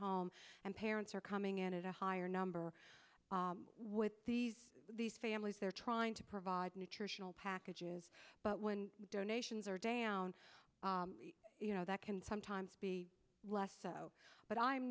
home and parents are coming in at a higher number with these these families they're trying to provide nutritional packages but when donations are dan you know that can sometimes be less so but i'm